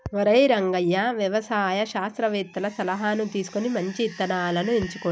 ఒరై రంగయ్య వ్యవసాయ శాస్త్రవేతల సలహాను తీసుకొని మంచి ఇత్తనాలను ఎంచుకోండి